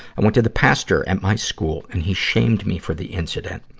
i went to the pastor at my school, and he shamed me for the incident.